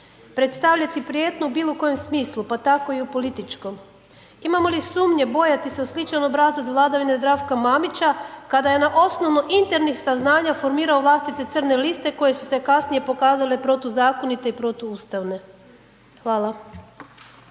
predstavljati prijetnju u bilokojem smislu pa tako i u političkom. Imamo li sumnje bojati se jer sličan je obrazac vladavine Zdravka Mamića, kada je na osnovu internih saznanja formirao vlastite crne liste koje su se kasnije pokazale protuzakonite i protuustavne. Hvala.